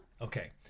Okay